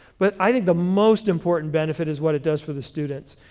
but i think the most important benefit is what it does for the students.